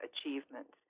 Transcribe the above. achievements